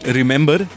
remember